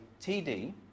TD